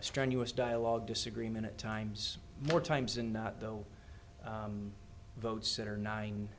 strenuous dialogue disagreement at times more times than not though votes that are nine